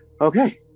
Okay